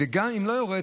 וגם אם הוא לא יורד,